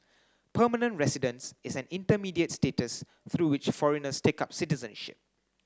permanent residence is an intermediate status through which foreigners take up citizenship